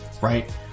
right